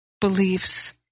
beliefs